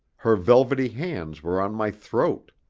her velvety hands were on my throat.